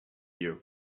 you